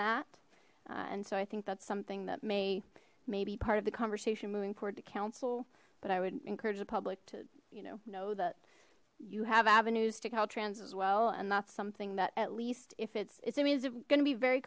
that and so i think that's something that may may be part of the conversation moving forward to council but i would encourage the public to you know know that you have avenues to caltrans as well and that's something that at least if it's it's i mean is it gonna be very